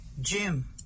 Jim